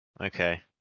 Okay